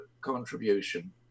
contribution